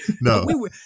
No